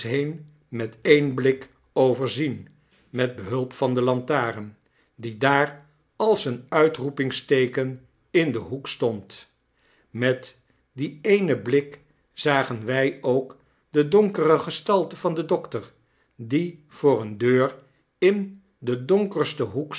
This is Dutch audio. met een blik overzien met behulp van de lantaren die daar als een uitroepingsteeken in den hoek stond met dien eenen blik zagen wy ook de donkere gestalte van den dokter die voor eene deur in den donkersten hoek